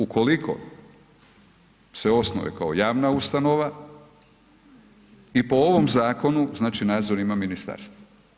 Ukoliko se osnuje kao javna ustanova i po ovom zakonu, znači nadzor ima ministarstvo.